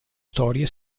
storie